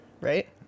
right